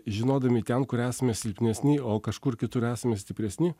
žinodami ten kur esame silpnesni o kažkur kitur esame stipresni